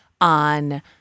on